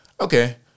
Okay